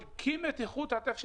בודקים את איכות הטף שמגיע.